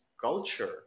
culture